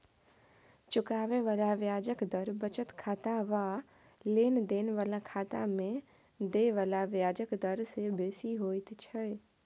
चुकाबे बला ब्याजक दर बचत खाता वा लेन देन बला खाता में देय बला ब्याजक डर से बेसी होइत छै